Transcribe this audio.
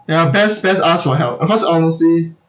ya best best ask for help uh cause honestly